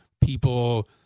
people